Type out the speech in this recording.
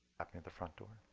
i mean at the front door.